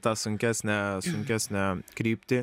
tą sunkesnę sunkesnę kryptį